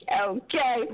Okay